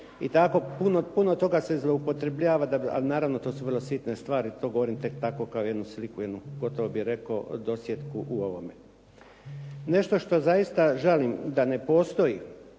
lopte i puno toga se zloupotrebljava, ali naravno to su sitne stvari. To govorim tek tako kao sliku gotovo bih rekao dosjetku u ovome. Nešto što zaista žalim da ne postoji